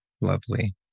Lovely